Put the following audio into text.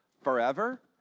Forever